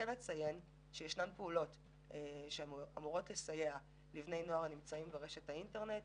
ישנן פעולות שאמורות לסייע לבני נוער הנמצאים ברשת האינטרנט.